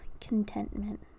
contentment